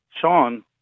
Sean